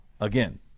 again